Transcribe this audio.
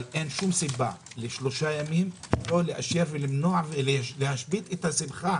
אבל אין שום סיבה לשלושה ימים לא לאשר למנוע ולהשבית את השמחה